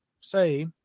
say